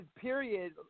period